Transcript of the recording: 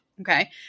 okay